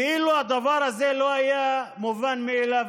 כאילו הדבר הזה לא היה מובן מאליו,